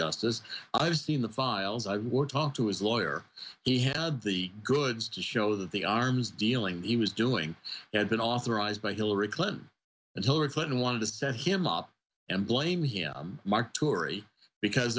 justice i've seen the files i would talk to his lawyer he had the goods to show that the arms dealing he was doing had been authorized by hillary clinton and hillary clinton wanted to set him up and blame him marc turi because